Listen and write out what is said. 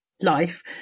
life